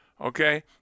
okay